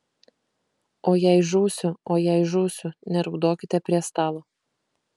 o jei žūsiu o jei žūsiu neraudokite prie stalo